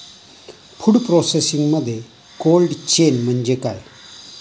Food प्रोसेसिंगमध्ये cold chain म्हणजे काय?